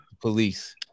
police